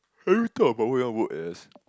have you thought of what you want work as